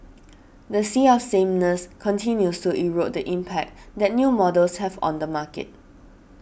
the sea of sameness continues to erode the impact that new models have on the market